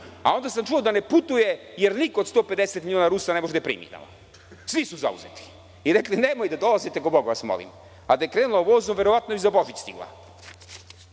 Onda sam čuo da ne putuje, jer niko od 150 miliona Rusa ne može da je primi tamo. Svi su zauzeti i rekli – nemojte da dolazite, ko Boga vas molim. Da je krenula vozom, verovatno bi za Božić stigla.